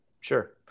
Sure